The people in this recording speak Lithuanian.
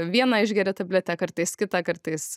vieną išgeria tabletę kartais kitą kartais